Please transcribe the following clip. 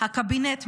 הקבינט,